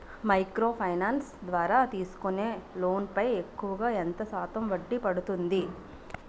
Micro finance ద్వారా తీసుకునే loan పై ఎక్కువుగా ఎంత శాతం వడ్డీ పడుతుంది?